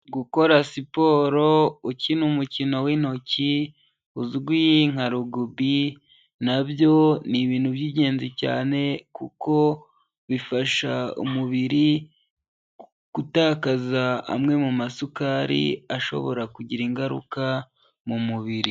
Gukora siporo ukina umukino w'intoki uzwi nka Rugubi na byo ni ibintu by'ingenzi cyane kuko bifasha umubiri gutakaza amwe mu masukari ashobora kugira ingaruka mu mubiri.